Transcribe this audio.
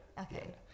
Okay